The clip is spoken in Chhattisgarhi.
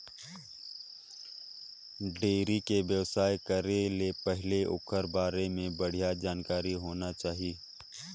डेयरी के बेवसाय करे ले पहिले ओखर बारे में बड़िहा जानकारी होना चाही